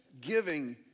giving